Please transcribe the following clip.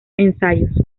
ensayos